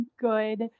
good